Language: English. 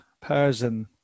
person